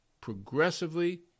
progressively